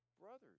brothers